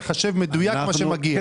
לחשב מדויק מה שמגיע.